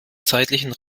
zeitlichen